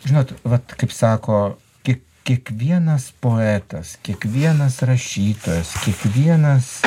žinot vat kaip sako kaip kiekvienas poetas kiekvienas rašytojas kiekvienas